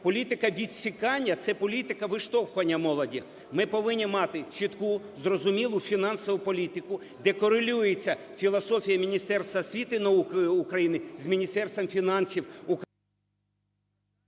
Політика відсікання – це політика виштовхування молоді. Ми повинні мати чітку зрозумілу фінансову політику, де корелюється філософія Міністерства освіти і науки України з Міністерством фінансів України.